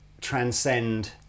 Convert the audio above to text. transcend